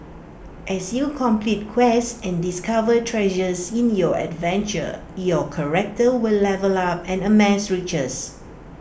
as you complete quests and discover treasures in your adventure your character will level up and amass riches